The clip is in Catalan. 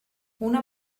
una